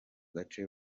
gace